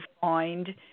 find